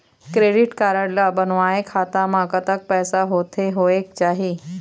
Credit card ला बनवाए खाता मा कतक पैसा होथे होएक चाही?